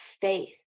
faith